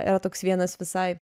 yra toks vienas visai